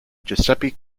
giuseppe